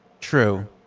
True